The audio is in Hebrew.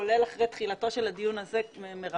כולל אחרי תחילתו של הדיון הזה מרחוק,